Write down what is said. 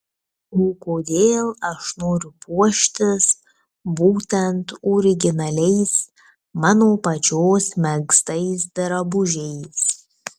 o kodėl aš noriu puoštis būtent originaliais mano pačios megztais drabužiais